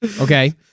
Okay